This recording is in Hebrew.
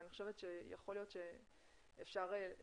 אבל אני חושבת שיכול להיות שאפשר לנסות